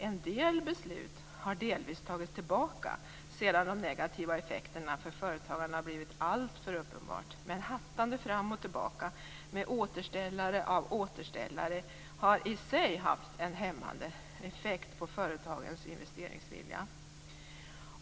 En del beslut har delvis tagits tillbaka sedan de negativa effekterna för företagandet har blivit alltför uppenbara. Men hattandet fram och tillbaka - med återställare av återställare - har i sig haft en hämmande effekt på företagens investeringsvilja.